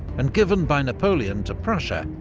and given by napoleon to prussia,